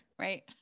right